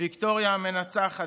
ויקטוריה המנצחת,